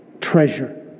treasure